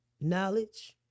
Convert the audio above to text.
knowledge